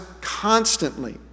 constantly